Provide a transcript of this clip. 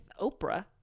Oprah